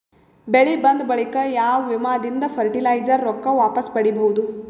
ಬೆಳಿ ಬಂದ ಬಳಿಕ ಯಾವ ವಿಮಾ ದಿಂದ ಫರಟಿಲೈಜರ ರೊಕ್ಕ ವಾಪಸ್ ಪಡಿಬಹುದು?